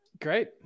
great